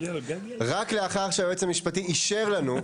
רק לאחר שהיועץ המשפטי אישר לנו,